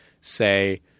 say